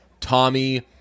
Tommy